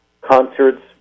concerts